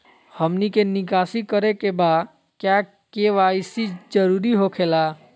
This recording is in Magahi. हमनी के निकासी करे के बा क्या के.वाई.सी जरूरी हो खेला?